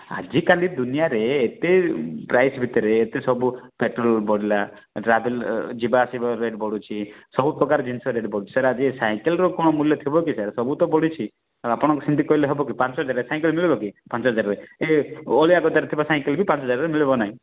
ଆଜିକାଲି ଦୁନିଆରେ ଏତେ ପ୍ରାଇସ୍ ଭିତରେ ଏତେ ସବୁ ପେଟ୍ରୋଲ୍ ବଢ଼ିଲା ଟ୍ରାଭେଲ୍ ଯିବା ଆସିବା ରେଟ୍ ବଢୁଛି ସବୁ ପ୍ରକାର ଜିନିଷ ରେଟ୍ ବଢ଼ୁଛି ସେଇଟା ସାଇକେଲର କ'ଣ ମୂଲ୍ୟ ଥିବ କି ସାର୍ ସବୁ ତ ବଢୁଛି ଆଉ ଆପଣ ସେନ୍ତି କହିଲେ ହବ କି ପାଞ୍ଚ ହଜାର ସାଇକେଲ ମିଳିବ କି ପାଞ୍ଚ ହଜାରରେ ଏ ଅଲିଆ ଗଦାରେ ଥିବା ସାଇକଲ ବି ପାଞ୍ଚ ହଜାରରେ ମିଳିବ ନାହିଁ